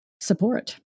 support